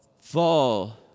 fall